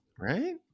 Right